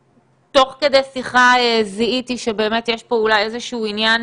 תוך כדי שיחה זיהיתי שבאמת יש פה אולי איזה שהוא עניין